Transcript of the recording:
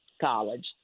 College